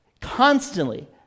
Constantly